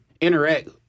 interact